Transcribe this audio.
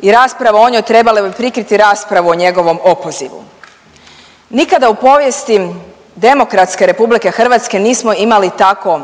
i rasprava o njoj trebala bi prikriti raspravu o njegovom opozivu. Nikada u povijesti demokratske Republike Hrvatske nismo imali tako